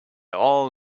all